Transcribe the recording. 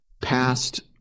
past